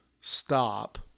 stop